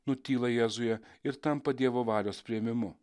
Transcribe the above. nutyla jėzuje ir tampa dievo valios priėmimu